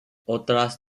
otras